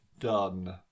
done